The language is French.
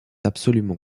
absolument